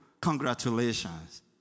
congratulations